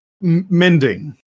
Mending